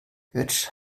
götsch